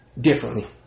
differently